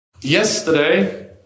Yesterday